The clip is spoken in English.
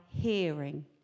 hearing